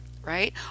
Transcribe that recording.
Right